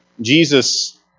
Jesus